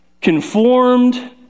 conformed